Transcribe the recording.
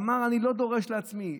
אמר: אני לא דורש לעצמי.